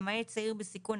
למעט צעיר בסיכון,